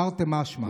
תרתי משמע.